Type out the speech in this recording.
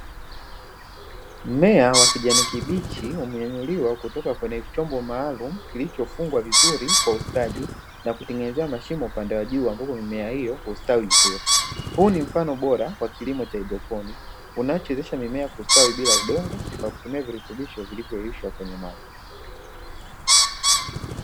Mmea wa kijani kibichi umeinuliwa kutoka kwenye chombo maalumu, kilichofungwa vizuri kwa ustadi, na kutengeneza mashimo upande wa juu ili mimea hiyo kustawi vizuri. Huu ni mfano bora wa kilimo cha haidroponi, unaowezesha mimea kustawi bila udongo kwa kutumia virutubisho vilivyoyuishwa kwenye maji.